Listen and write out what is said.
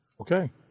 Okay